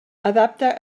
adapta